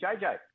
JJ